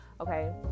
okay